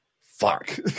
fuck